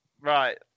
Right